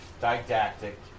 didactic